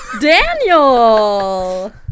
Daniel